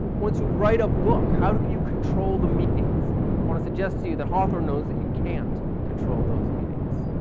once you write a book, how can you control the meanings? i want to suggest to you that hawthorne knows that you can't control those meanings.